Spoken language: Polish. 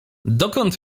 dokąd